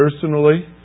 personally